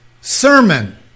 sermon